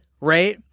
right